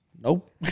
Nope